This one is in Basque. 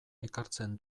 ekartzen